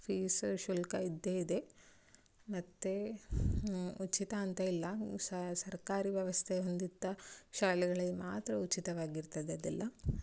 fees ಶುಲ್ಕ ಇದ್ದೇ ಇದೆ ಮತ್ತು ಉಚಿತ ಅಂತ ಇಲ್ಲ ಸರ್ಕಾರಿ ವ್ಯವಸ್ಥೆ ಹೊಂದಿದ್ದ ಶಾಲೆಗಳಲ್ಲಿ ಮಾತ್ರ ಉಚಿತವಾಗಿರ್ತದೆ ಅದೆಲ್ಲ